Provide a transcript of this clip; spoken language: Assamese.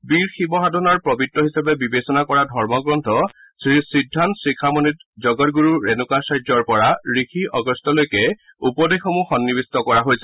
বীৰ শিৱ শাধনাৰ পবিত্ৰ হিচাপে বিবেচনা কৰা ধৰ্মগ্ৰন্থ শ্ৰীসিদ্ধান্ত শিখামণিত জগদগুৰু ৰেণুকাচাৰ্য্যৰ পৰা ঋষি অগষ্ট্যলৈকে উপদেশসমূহ সন্নিৱিষ্ট কৰা হৈছে